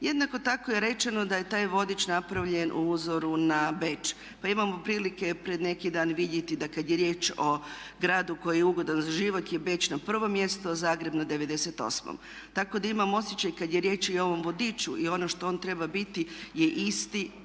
Jednako tako je rečeno da je taj vodič napravljen po uzoru na Beč. Pa imali smo prilike pred neki dan vidjeti da kada je riječ o gradu koji je ugodan za život je Beč na prvom mjestu a Zagreb na 98. Tako da imam osjećaj kada je riječ i o ovom vodiču i ono što on treba biti je isti